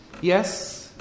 yes